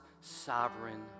sovereign